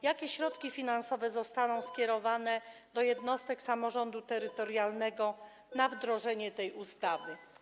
Jakie środki finansowe zostaną skierowane do jednostek samorządu terytorialnego w celu wdrożenia tej ustawy?